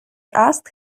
asked